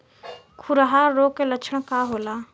खुरहा रोग के लक्षण का होला?